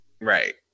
Right